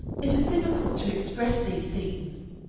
it is difficult to express these things.